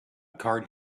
card